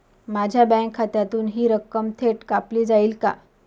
माझ्या बँक खात्यातून हि रक्कम थेट कापली जाईल का?